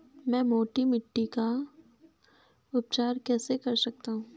मैं मोटी मिट्टी का उपचार कैसे कर सकता हूँ?